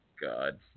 god